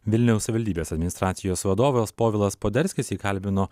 vilniaus savivaldybės administracijos vadovas povilas poderskis jį kalbino